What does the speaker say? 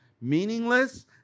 Meaningless